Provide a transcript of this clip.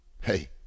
hey